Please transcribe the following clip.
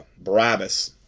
Barabbas